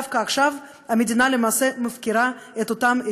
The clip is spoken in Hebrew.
דווקא עכשיו המדינה למעשה מפקירה את אותם ישראלים,